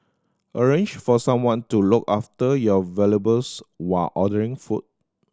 arrange for someone to look after your valuables while ordering food